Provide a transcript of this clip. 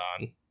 on